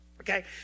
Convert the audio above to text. Okay